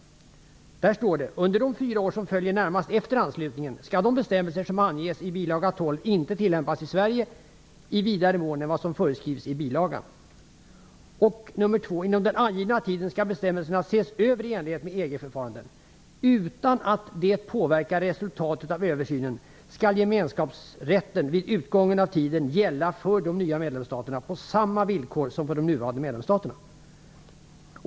Där står följande: Under de fyra år som följer närmast efter anslutningen skall de bestämmelser som anges i bil. 12 inte tillämpas i Sverige i vidare mått än vad som föreskrivs i bilagan. Inom den angivna tiden skall bestämmelserna ses över i enlighet med EG-förfarandet. Utan att det påverkar resultatet av översynen skall gemenskapsrätten vid utgången av tiden gälla för de nya medlemsstaterna på samma villkor som för de nuvarande medlemsstaterna.